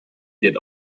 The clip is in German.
wird